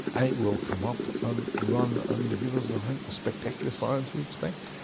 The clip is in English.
and it will come up and run and give us, i think, the spectacular science we expect.